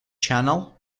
channel